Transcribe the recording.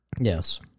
Yes